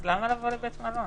אז למה לבוא לבית מלון?